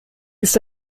ist